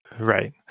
right